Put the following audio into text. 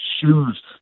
shoes